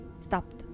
stopped